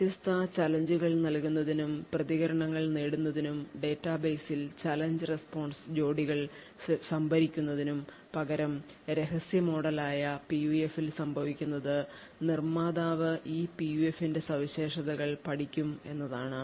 വ്യത്യസ്ത ചാലഞ്ച് കൾ നൽകുന്നതിനും പ്രതികരണങ്ങൾ നേടുന്നതിനും ഡാറ്റാബേസിൽ ചലഞ്ച് റെസ്പോൺസ് ജോഡികൾ സംഭരിക്കുന്നതിനും പകരം രഹസ്യ മോഡലായ PUF ൽ സംഭവിക്കുന്നത് നിർമ്മാതാവ് ഈ PUF ന്റെ സവിശേഷതകൾ പഠിക്കും എന്നതാണ്